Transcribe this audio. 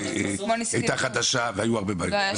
המערכת שהייתה חדשה והיו הרבה בעיות.